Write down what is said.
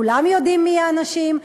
כולם יודעים מי האנשים,